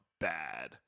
bad